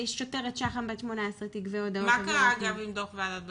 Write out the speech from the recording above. ששוטרת שח"ם בת 18 תגבה הודעות --- מה קרה אגב עם דו"ח ועדת ברלינר?